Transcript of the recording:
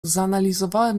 zanalizowałem